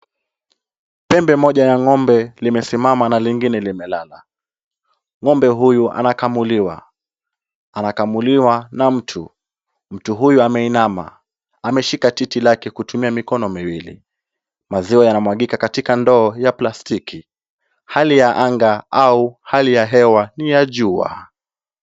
Pembe moja ya ng'ombe limesimama na lingine limelala. Ng'ombe huyu anakamuliwa. Anakamuliwa na mtu. Mtu huyu ameinama, ameshika titi lake kutumia mikono miwili. Maziwa yanamwagika katika ndoo ya plastiki. Hali ya anga au hali ya hewa ni ya jua.